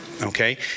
okay